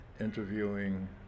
interviewing